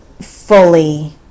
fully